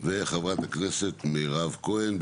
וחברת הכנסת מירב כהן.